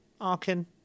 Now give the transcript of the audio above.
Arkin